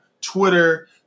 Twitter